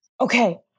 Okay